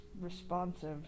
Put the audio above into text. responsive